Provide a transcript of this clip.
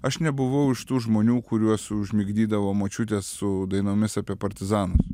aš nebuvau iš tų žmonių kuriuos užmigdydavo močiutės su dainomis apie partizanus